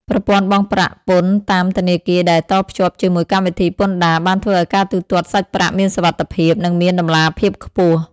ប្រព័ន្ធបង់ប្រាក់ពន្ធតាមធនាគារដែលតភ្ជាប់ជាមួយកម្មវិធីពន្ធដារ បានធ្វើឱ្យការទូទាត់សាច់ប្រាក់មានសុវត្ថិភាព និងមានតម្លាភាពខ្ពស់។